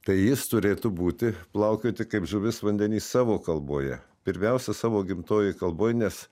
tai jis turėtų būti plaukioti kaip žuvis vandeny savo kalboje pirmiausia savo gimtojoj kalboj nes